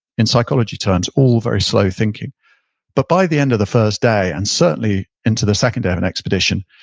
in psychology terms, all very slow thinking but by the end of the first day and certainly into the second day of an expedition,